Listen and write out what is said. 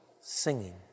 singing